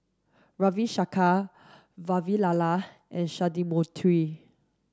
Ravi Shankar Vavilala and Sundramoorthy